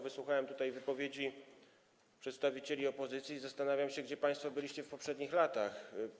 Wysłuchałem tutaj wypowiedzi przedstawicieli opozycji i zastanawiam się, gdzie państwo byliście w poprzednich latach.